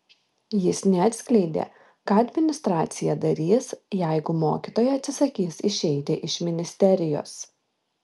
jis neatskleidė ką administracija darys jeigu mokytojai atsisakys išeiti iš ministerijos